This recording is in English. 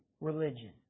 religion